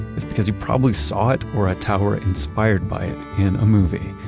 it's because you probably saw it or a tower inspired by it in a movie.